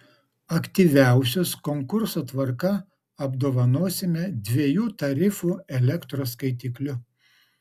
aktyviausius konkurso tvarka apdovanosime dviejų tarifų elektros skaitikliu